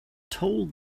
told